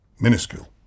minuscule